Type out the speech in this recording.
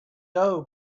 doe